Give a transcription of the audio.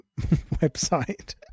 website